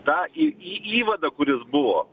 tą į įvadą kuris buvo